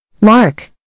Mark